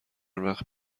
وقت